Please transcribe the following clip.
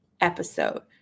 episode